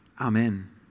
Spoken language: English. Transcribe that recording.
Amen